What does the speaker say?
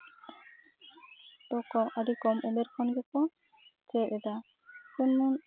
ᱫᱚᱠᱚ ᱟᱹᱰᱤ ᱠᱚᱢ ᱩᱢᱮᱨ ᱠᱷᱚᱱ ᱜᱮᱠᱚ ᱪᱮᱫ ᱮᱫᱟ ᱡᱮᱢᱚᱱ